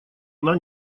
она